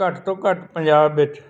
ਘੱਟ ਤੋਂ ਘੱਟ ਪੰਜਾਬ ਵਿੱਚ